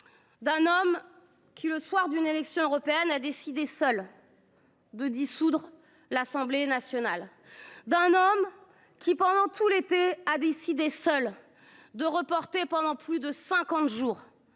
d’un homme qui, le soir des élections européennes, a décidé seul de dissoudre l’Assemblée nationale ; d’un homme qui, pendant tout l’été, a choisi, seul, de reporter de plus de